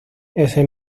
ese